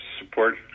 support